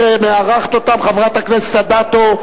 שמארחת אותה חברת הכנסת אדטו,